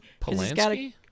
Polanski